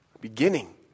beginning